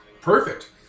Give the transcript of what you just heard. Perfect